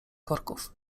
korków